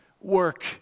work